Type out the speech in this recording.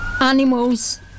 animals